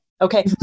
Okay